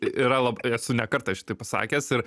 yra lab esu ne kartą šitaip pasakęs ir